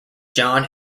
john